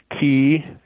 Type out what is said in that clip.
key